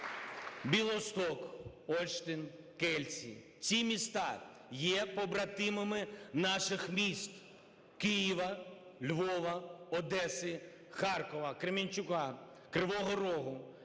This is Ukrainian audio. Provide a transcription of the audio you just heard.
Білосток, Ольштин, Кельце. Ці міста є побратими наших міст: Києва, Львова, Одеси, Харкова, Кременчука, Кривого Рогу,